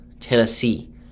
Tennessee